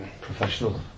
professional